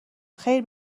خیر